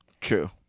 True